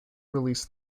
release